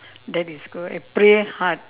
that is good I pray hard